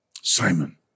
Simon